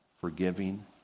forgiving